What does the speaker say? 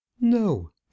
no